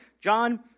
John